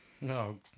No